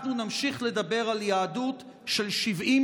אנחנו נמשיך לדבר על יהדות של שבעים